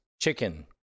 chicken